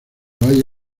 valle